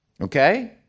Okay